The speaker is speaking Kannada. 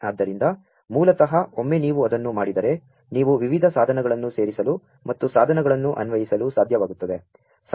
ಆದ್ದರಿಂ ದ ಮೂ ಲತಃ ಒಮ್ಮೆ ನೀ ವು ಅದನ್ನು ಮಾ ಡಿದರೆ ನೀ ವು ವಿವಿಧ ಸಾ ಧನಗಳನ್ನು ಸೇ ರಿಸಲು ಮತ್ತು ಸಾ ಧನಗಳನ್ನು ಅನ್ವೇ ಷಿಸಲು ಸಾ ಧ್ಯ ವಾ ಗು ತ್ತದೆ